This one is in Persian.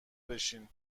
بشین